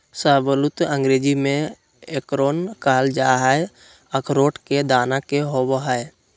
शाहबलूत अंग्रेजी में एकोर्न कहल जा हई, अखरोट के दाना के होव हई